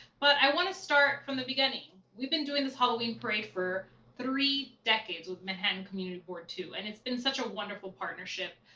but i wanna start from the beginning. we've been doing this halloween parade for three decades, with manhattan community board two and it's been such a wonderful partnership.